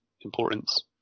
importance